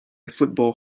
football